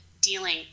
dealing